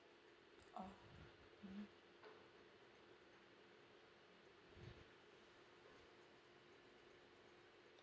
oh mmhmm